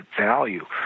value